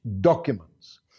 documents